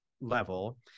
level